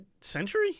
century